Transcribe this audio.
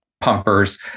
pumpers